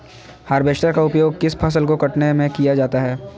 Harvester का उपयोग किस फसल को कटने में किया जाता है?